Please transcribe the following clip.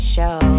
Show